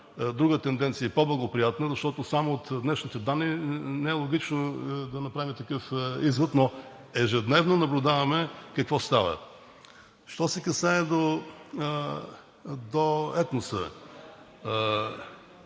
друга по благоприятна тенденция, защото само от днешните данни не е логично да направим такъв извод, но ежедневно наблюдаваме какво става. Що се касае до етноса.